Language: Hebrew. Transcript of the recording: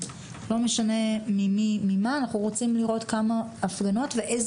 ואתם רוצים לחגוג את הניצחון שלכם או את ההפסד